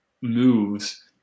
moves